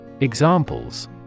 Examples